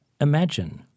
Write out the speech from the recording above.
Imagine